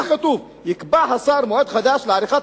כך כתוב: "יקבע השר מועד חדש לעריכת